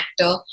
actor